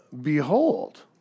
Behold